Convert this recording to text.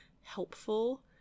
helpful